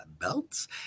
belts